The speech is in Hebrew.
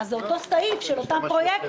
כיוון שאישרנו כניסה של הרבה יותר מוצרים.